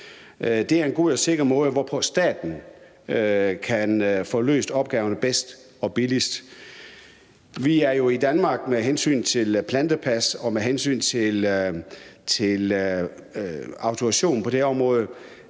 Det er en god og sikker måde, som staten kan få løst opgaverne bedst og billigst på. Vi er jo i Danmark førende med hensyn til plantepas og med hensyn til autorisation på det her område.